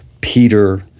Peter